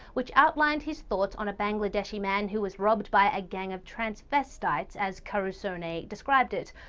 which outlined his thoughts on a bangladeshi man who was robbed by a gang of transvestites, as carusone described it.